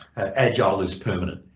agile is permanent,